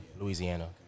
Louisiana